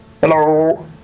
hello